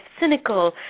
cynical